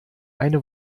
eine